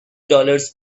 dollars